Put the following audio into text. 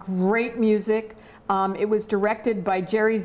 great music it was directed by jerry